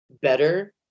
better